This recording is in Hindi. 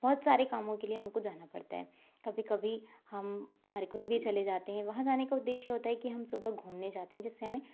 बहुत सारे कामों के लिए हमको जाना पड़ता है कभी कभी हम बाहर कहीं भी चले जाते हैं वहाँ जाने का उद्देश्य ये होता है कि हम सुबह घूमने जाते हैं जिससे हमें